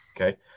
Okay